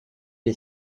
est